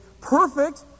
perfect